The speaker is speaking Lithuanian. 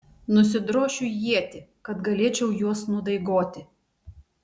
nusidrošiu ietį kad galėčiau juos nudaigoti